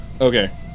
Okay